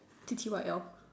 T_T_Y_L